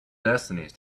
destinies